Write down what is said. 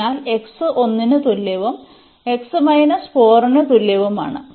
അതിനാൽ x 1 ന് തുല്യവും x 4 ന് തുല്യവുമാണ്